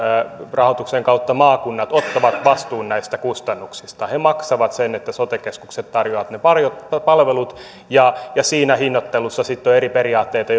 rahoituksen kautta maakunnat ottavat vastuun näistä kustannuksista he maksavat sen että sote keskukset tarjoavat ne palvelut ja ja siinä hinnoitteluissa sitten on eri periaatteita